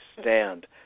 stand